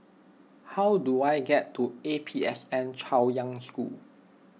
how do I get to A P S N Chaoyang School